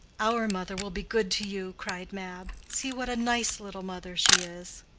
our mother will be good to you, cried mab. see what a nice little mother she is!